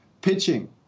pitching